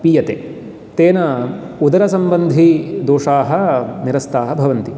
पीयते तेन उदरसम्बन्धीदोषाः निरस्ताः भवन्ति